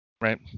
right